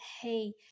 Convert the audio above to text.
hey